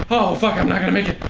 oh fuck i'm not gonna make it.